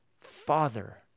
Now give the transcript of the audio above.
Father